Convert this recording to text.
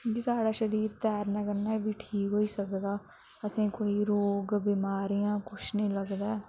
क्यूंकि साढ़ा शरीर तैरने कन्नै बी ठीक होई सकदा असेंई कोई रोग बिमारियां कुछ नेईं लगदा ऐ